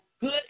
good